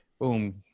boom